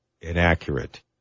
inaccurate